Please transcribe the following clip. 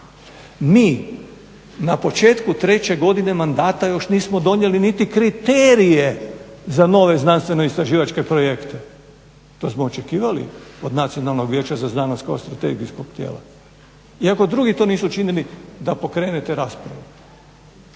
Mi na početku 3. godine mandata još nismo donijeli niti kriterije za nove znanstveno istraživačke projekte, to smo očekivalo od Nacionalnog vijeća za znanost kao strategijskog tijela. Iako drugi to nisu učinili da pokrenete raspravu.